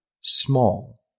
small